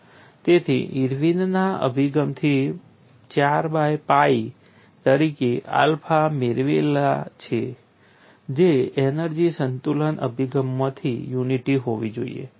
તેથી ઈરવિનના અભિગમથી 4 બાય pi તરીકે આલ્ફા મેળવેલા છે જે એનર્જી સંતુલન અભિગમમાંથી યુનિટી હોવી જોઇએ